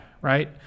Right